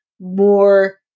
more